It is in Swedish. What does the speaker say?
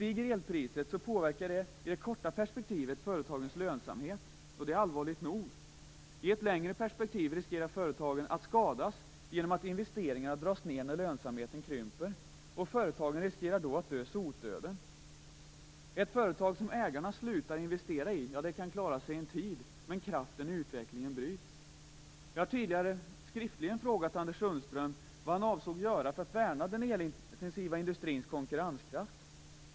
Om elpriset stiger påverkas företagens lönsamhet i ett kortare perspektiv, vilket är allvarligt nog. I ett längre perspektiv riskerar företagen att skadas genom att det dras ned på investeringar när lönsamheten krymper. Företagen riskerar då att dö sotdöden. Ett företag som ägarna slutar investera i kan klara sig en tid, men kraften i utvecklingen bryts. Jag har tidigare skriftligen frågat Anders Sundström vad han avser att göra för att värna den elintensiva industrins konkurrenskraft.